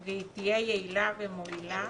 אבל אתה רוצה להביע את עמדתך לפני ההצבעה,